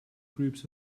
groups